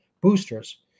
boosters